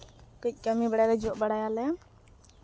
ᱠᱟᱹᱡ ᱠᱟᱹᱢᱤ ᱵᱟᱲᱟ ᱡᱚᱜ ᱵᱟᱲᱟᱭᱟᱞᱮ